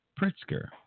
Pritzker